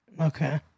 Okay